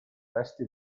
resti